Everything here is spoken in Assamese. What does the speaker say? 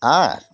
আঠ